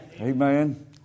Amen